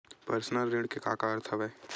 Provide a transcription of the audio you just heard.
Personal ऋण के का अर्थ हवय?